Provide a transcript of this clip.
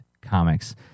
comics